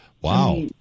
Wow